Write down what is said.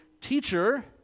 teacher